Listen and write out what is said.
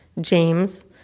James